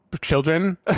children